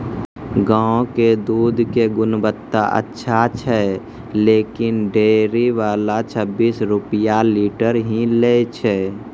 गांव के दूध के गुणवत्ता अच्छा छै लेकिन डेयरी वाला छब्बीस रुपिया लीटर ही लेय छै?